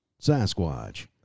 Sasquatch